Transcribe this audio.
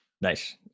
Nice